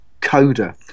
coda